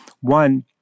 One